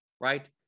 Right